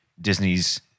Disney's